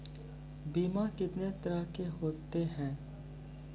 बीमा कितने तरह के होते हैं?